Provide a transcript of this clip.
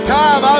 time